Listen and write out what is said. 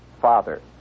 father